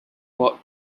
for